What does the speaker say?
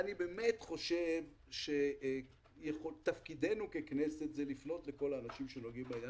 אני באמת חושב שתפקידנו ככנסת הוא לפנות לכל האנשים שנוגעים לעניין